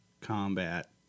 combat